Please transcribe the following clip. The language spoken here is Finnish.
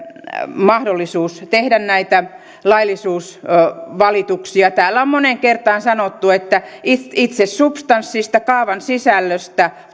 mahdollisuus tehdä näitä laillisuusvalituksia täällä on moneen kertaan sanottu että itse itse substanssista kaavan sisällöstä